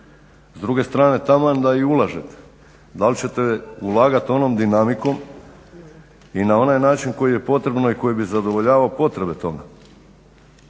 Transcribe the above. S druge strane taman da i ulažete, dal ćete ulagat onom dinamikom i na onaj način koji je potrebno i koji bi zadovoljavao potrebe toga.